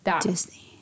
Disney